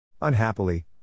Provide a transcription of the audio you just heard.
Unhappily